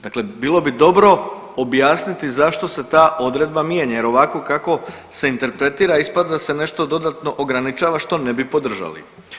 Dakle, bilo bi dobro objasniti zašto se ta odredba mijenja jer ovako kako se interpretira ispada da se nešto dodatno ograničava što ne bi podržali.